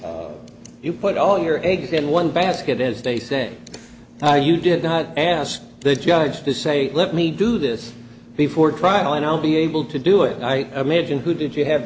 and you put all your eggs in one basket as they say how you did not ask the judge to say let me do this before trial and i'll be able to do it i imagine who did you have